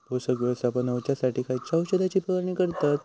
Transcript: पोषक व्यवस्थापन होऊच्यासाठी खयच्या औषधाची फवारणी करतत?